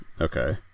Okay